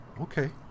Okay